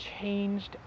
changed